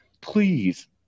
please